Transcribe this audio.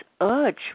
urge